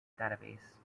database